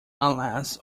unless